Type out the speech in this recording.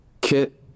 Kit